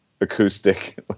acoustic